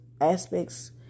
aspects